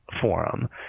forum